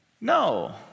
No